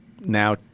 now